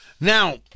Now